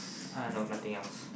uh no nothing else